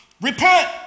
repent